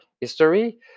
History